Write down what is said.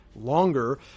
longer